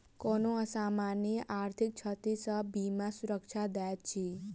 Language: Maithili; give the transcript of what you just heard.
कोनो असामयिक आर्थिक क्षति सॅ बीमा सुरक्षा दैत अछि